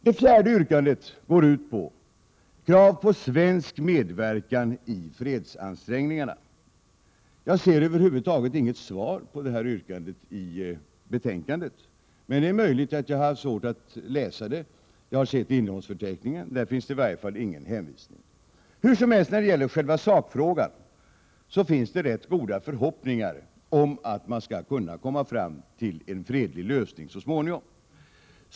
Det fjärde yrkandet är ett krav på svensk medverkan i fredsansträngningarna. Jag ser över huvud taget inget svar på det yrkandet i betänkandet, men det är möjligt att jag har haft svårt att läsa det. Jag har sett på innehållsförteckningen, och där finns det i varje fall ingen hänvisning. Hur som helst — när det gäller själva sakfrågan finns det rätt goda förhoppningar om att man så småningon skall kunna komma fram till en fredlig lösning.